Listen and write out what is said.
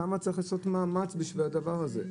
כמה מאמץ צריך לעשות בשביל הדבר הזה?